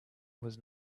was